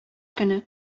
көне